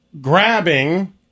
grabbing